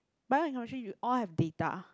bio and chemistry you all have data